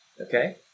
okay